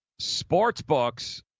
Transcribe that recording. Sportsbooks